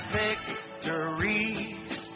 victories